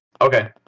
okay